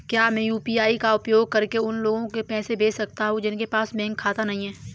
क्या मैं यू.पी.आई का उपयोग करके उन लोगों को पैसे भेज सकता हूँ जिनके पास बैंक खाता नहीं है?